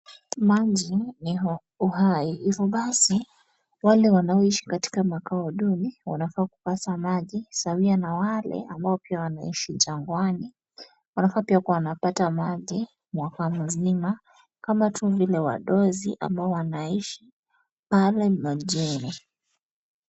Maji ni uhai. Hivyo basi, wale wanaoishi katika makao duni wanafaa kupata maji sawia na wale ambao pia wanaishi jangwani. Wanafaa pia kuwa wanapata maji mwaka mzima kama tu vile wadosi ambao wanaishi pale mjini.